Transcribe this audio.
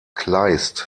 kleist